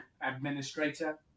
administrator